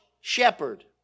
shepherd